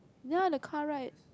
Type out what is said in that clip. ya the car ride